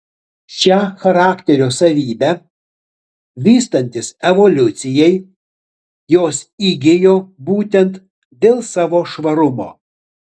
šią charakterio savybę vystantis evoliucijai jos įgijo būtent dėl savo švarumo